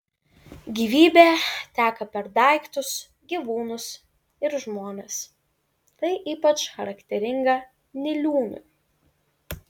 gyvybė teka per daiktus gyvūnus ir žmones tai ypač charakteringa niliūnui